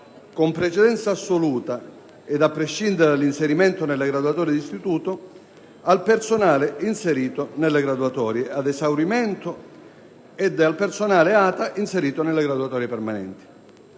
con precedenza assoluta, ed a prescindere dall'inserimento nelle graduatorie di istituto, al personale inserito nelle graduatorie ad esaurimento ed al personale ATA inserito nelle graduatorie permanenti.